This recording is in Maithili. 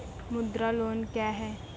मुद्रा लोन क्या हैं?